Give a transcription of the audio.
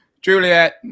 Juliet